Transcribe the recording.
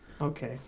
Okay